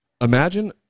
Imagine